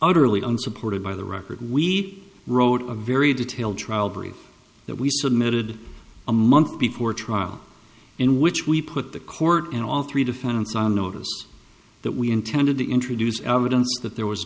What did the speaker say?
utterly unsupported by the record we wrote a very detailed trial brief that we submitted a month before trial in which we put the court and all three defendants on notice that we intended to introduce evidence that there was